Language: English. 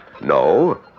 No